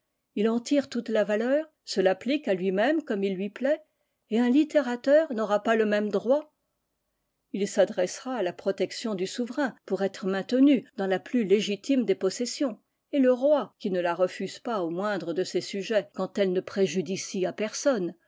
il en tire toute la valeur se l'applique à lui-même comme il lui plaît et un littérateur n'aura pas le même droit il s'adressera à la protection du souverain pour être maintenu dans la plus légitime des possessions et le roi qui ne la refuse pas au moindre de ses sujets quand elle ne préjudicie à personne